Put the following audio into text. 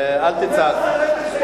אל תצעק.